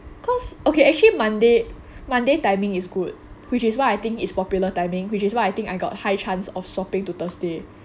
cause okay actually monday monday timing is good which is why I think it's popular timing which is why I think I got high chance of swapping to thursday